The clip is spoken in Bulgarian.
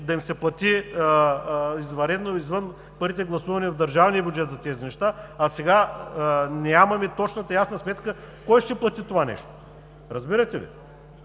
да им се плати извънредно, извън парите, гласувани в Държавния бюджет за тези неща, а сега нямаме точната и ясна сметка кой ще плати. Разбирате ли?